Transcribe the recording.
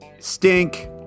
Stink